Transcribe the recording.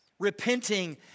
Repenting